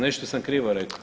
Nešto sam krivo rekao?